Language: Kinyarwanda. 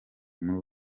muri